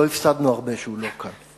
לא הפסדנו הרבה שהוא לא כאן.